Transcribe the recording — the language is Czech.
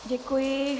Děkuji.